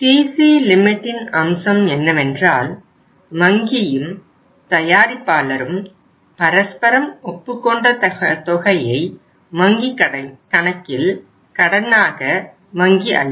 CC லிமிட்டின் அம்சம் என்னவென்றால் வங்கியும் தயாரிப்பாளரும் பரஸ்பரம் ஒப்புக்கொண்ட தொகையை வங்கி கணக்கில் கடனாக வங்கி அளிக்கும்